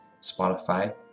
Spotify